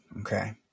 okay